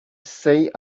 say